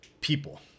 people